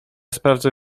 sprawdzę